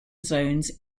zones